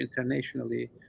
internationally